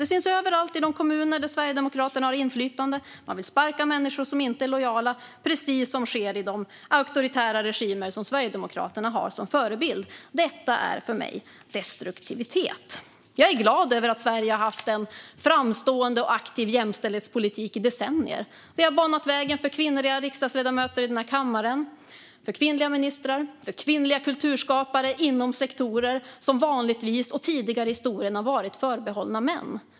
Det syns överallt i de kommuner där Sverigedemokraterna har inflytande: Man vill sparka människor som inte är lojala, precis som man gör i de auktoritära regimer som Sverigedemokraterna har som förebild. Detta är för mig destruktivitet. Jag är glad över att Sverige har haft en framstående och aktiv jämställdhetspolitik i decennier. Det har banat vägen för kvinnliga riksdagsledamöter, kvinnliga ministrar och kvinnliga kulturskapare inom sektorer som vanligtvis och tidigare i historien har varit förbehållna män.